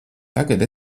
tagad